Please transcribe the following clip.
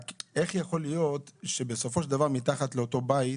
איך יכול להיות שבסופו של דבר מתחת לאותו בית